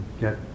get